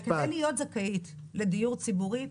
כדי להיות זכאי לדיור ציבורי,